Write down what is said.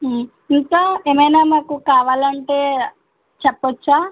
ఇంకా ఏమైనా మాకు కావాలంటే చెప్పవచ్చా